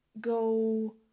go